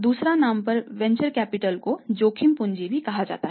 दूसरे नाम पर वेंचर कैपिटल को जोखिम पूंजी भी कहा जाता है